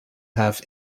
have